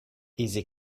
easy